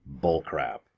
Bullcrap